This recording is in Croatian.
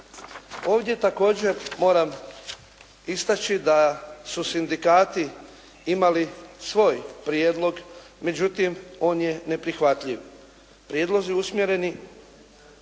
Ovdje također moram istaći da su sindikati imali svoj prijedlog, međutim on je neprihvatljiv. Prijedlozi usmjereni